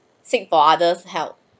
seek for others help